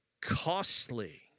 costly